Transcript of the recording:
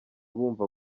bumva